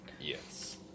Yes